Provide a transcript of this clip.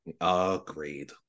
Agreed